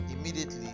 immediately